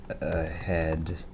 ahead